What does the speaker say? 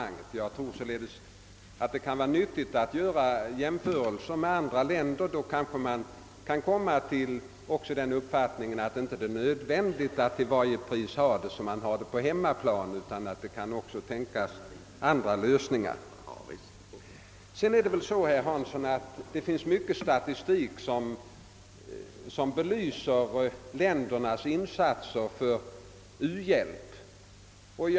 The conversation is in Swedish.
Jag tror att det kan vara nyttigt att göra jämförelser med andra länder. Därvid kanske man också finner att det inte är nödvändigt att till varje pris ha det ordnat så som i hemlandet, utan att det också kan tänkas andra lösningar. Det finns vidare, herr Hansson, en mängd statistik som belyser olika länders insatser för u-hjälpen.